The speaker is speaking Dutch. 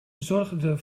zorgde